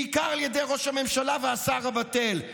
בעיקר על ידי ראש הממשלה והשר הבטל.